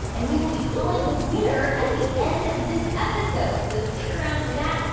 and we will be calling the winner at the end of this episode. so stick around for that.